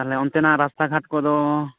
ᱛᱟᱦᱚᱞᱮ ᱚᱱᱛᱮᱱᱟᱜ ᱨᱟᱥᱛᱟ ᱜᱷᱟᱴ ᱠᱚᱫᱚ